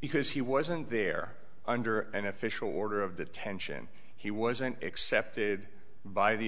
because he wasn't there under an official order of the tension he wasn't accepted by the